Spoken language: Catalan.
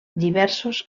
diversos